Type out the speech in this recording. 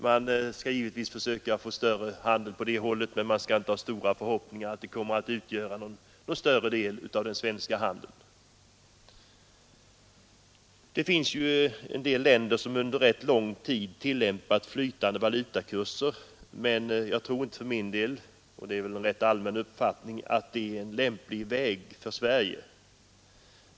Man skall givetvis försöka få till stånd en större handel på det hållet, men man skall inte ha stora förhoppningar om att den kommer att utgöra någon större del av hela den svenska handeln. Det finns visserligen länder som under ganska lång tid tillämpat flytande valutakurser, men jag tror inte att detta vore en lämplig väg för Sverige.